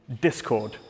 discord